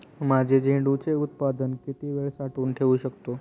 माझे झेंडूचे उत्पादन किती वेळ साठवून ठेवू शकतो?